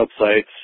websites